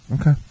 okay